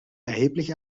erheblich